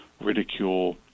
ridicule